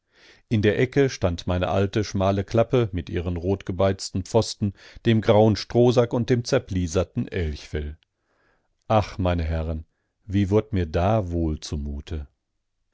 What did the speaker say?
in der ecke stand meine alte schmale klappe mit ihren rotgebeizten pfosten dem grauen strohsack und dem zerplieserten elchfell ach meine herren wie wurd mir da wohl zumute